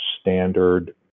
standard